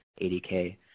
ADK